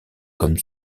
comme